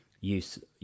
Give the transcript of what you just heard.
use